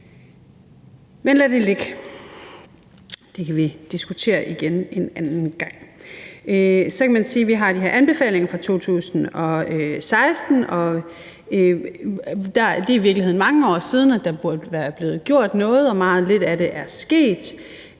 lad det ligge; det kan vi diskutere igen en anden gang. Så kan man sige, at vi har de her anbefalinger fra 2016, og at det i virkeligheden er mange år siden, der burde være blevet gjort noget – meget lidt af det er sket.